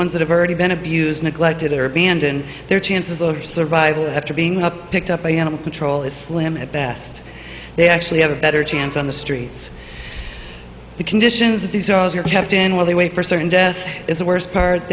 ones that have already been abused neglected or abandoned their chances of survival after being up picked up by animal control is slim at best they actually have a better chance on the streets the conditions that these are your kept in while they wait for certain death is the worst part